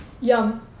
Yum